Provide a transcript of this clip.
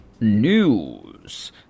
News